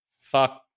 fuck